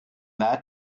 that